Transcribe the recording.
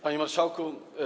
Panie Marszałku!